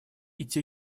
идти